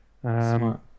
Smart